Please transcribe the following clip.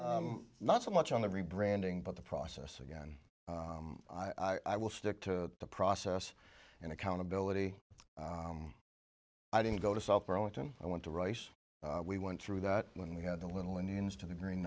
not so much on the rebranding but the process again i will stick to the process and accountability i didn't go to south burlington i went to rice we went through that when we had the little indians to the green